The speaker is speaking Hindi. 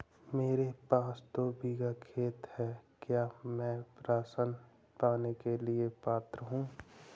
मेरे पास दो बीघा खेत है क्या मैं राशन पाने के लिए पात्र हूँ?